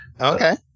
okay